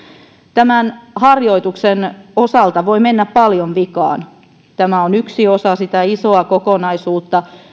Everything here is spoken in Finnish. tämän harjoituksen osalta voi mennä paljon vikaan tämä on yksi osa sitä isoa kokonaisuutta